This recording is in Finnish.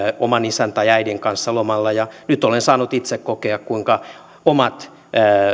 oman isän tai äidin kanssa lomalla ja nyt nuorena isänä olen saanut itse kokea kuinka omat